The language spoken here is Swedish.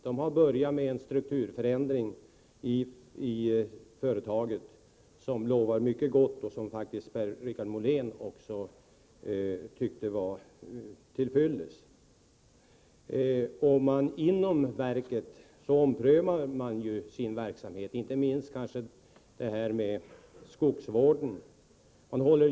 Man har börjat med en strukturförändring i företaget som lovar mycket gott och som Per-Richard Molén också tyckte var till fyllest. Verket omprövar sin verksamhet, kanske inte minst skogsvården.